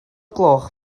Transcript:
gloch